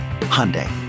Hyundai